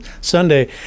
sunday